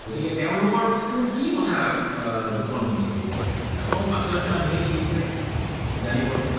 গতিকে তেওঁলোকৰনো কি কথা গোপন হৈ থাকিব তেওঁলোকৰ পাছে পাছে মানুহে খেদি ফুৰে জানিবলৈ